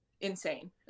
Insane